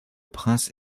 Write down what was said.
prince